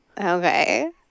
Okay